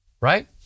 Right